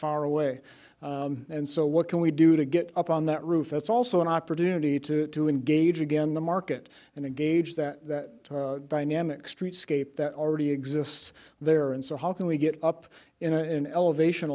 far away and so what can we do to get up on that roof that's also an opportunity to engage again the market and engage that that dynamic streetscape that already exists there and so how can we get up in elevation